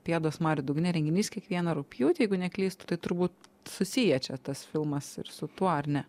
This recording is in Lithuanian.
pėdos marių dugne renginys kiekvieną rugpjūtį jeigu neklystu tai turbūt susiję čia tas filmas ir su tuo ar ne